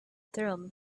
thummim